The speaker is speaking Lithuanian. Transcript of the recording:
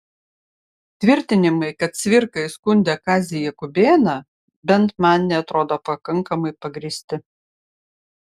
tvirtinimai kad cvirka įskundė kazį jakubėną bent man neatrodo pakankamai pagrįsti